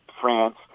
France